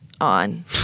on